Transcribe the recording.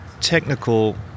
technical